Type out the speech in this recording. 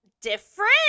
different